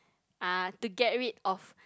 uh to get rid of